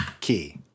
key